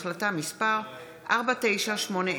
החלטה מס' 4974,